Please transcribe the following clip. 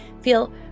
feel